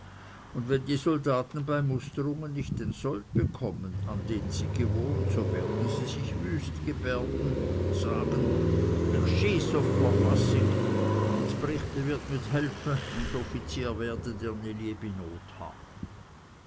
und wenn die soldaten bei musterungen nicht den sold bekommen an den sie gewohnt so werden sie sich wüst gebärden sagen i sch ß uf dverfassig und ds brichte wird nit helfe und die offiziere werden ihre